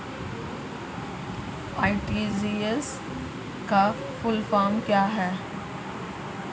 RTGS का full form क्या है?